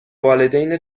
والدین